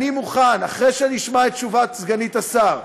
אחרי שאני אשמע את תשובת סגנית השר,